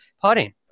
putting